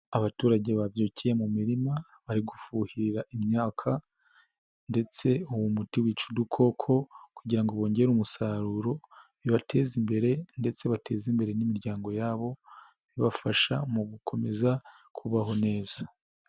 Abaturage babyukiye mu mirima bari gufuhirira imyaka ndetse uwo muti wica udukoko, kugira wongere umusaruro bibateze imbere ndetse bateze imbere n'imiryango yabo ibafasha mu gukomeza kubaho neza.